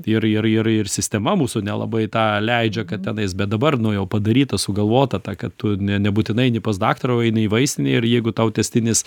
ir ir ir ir sistema mūsų nelabai tą leidžia kad tenais bet dabar nu jau padarytas sugalvota ta kad tu ne nebūtinai eini pas daktarą o eini į vaistinę ir jeigu tau tęstinis